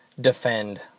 defend